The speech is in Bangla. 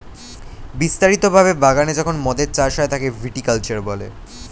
বিস্তারিত ভাবে বাগানে যখন মদের চাষ হয় তাকে ভিটি কালচার বলে